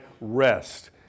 rest